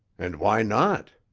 and why not?